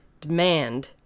demand